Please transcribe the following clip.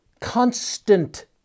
constant